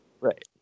right